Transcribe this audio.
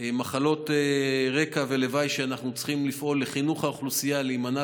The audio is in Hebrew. מחלות רקע ולוואי שאנחנו צריכים לפעול לחינוך האוכלוסייה להימנע